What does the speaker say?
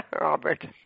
Robert